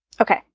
Okay